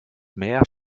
meer